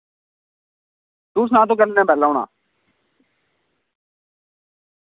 तू सनाऽ तोह् कैलूं निहां बेह्ला होना